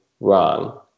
wrong